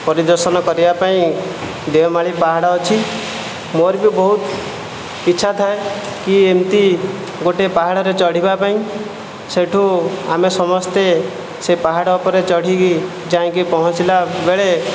ପରିଦର୍ଶନ କରିବା ପାଇଁ ଦେଓମାଳି ପାହାଡ଼ ଅଛି ମୋର ବି ବହୁତ ଇଚ୍ଛା ଥାଏ କି ଏମିତି ଗୋଟିଏ ପାହାଡ଼ରେ ଚଢ଼ିବା ପାଇଁ ସେଠୁ ଆମେ ସମସ୍ତେ ସେ ପାହାଡ଼ ଉପରେ ଚଢ଼ିକି ଯାଇକି ପହଞ୍ଚିଲା ବେଳେ